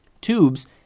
Tubes